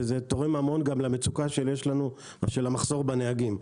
וזה תורם המון למצוקה שיש לנו מחסור בנהגים,